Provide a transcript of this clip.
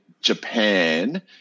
Japan